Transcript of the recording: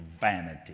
vanity